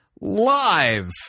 Live